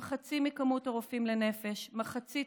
עם חצי ממספר הרופאים לנפש, מחצית